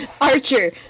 Archer